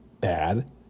bad